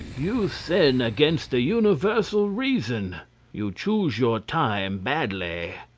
you sin against the universal reason you choose your time badly.